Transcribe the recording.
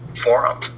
forum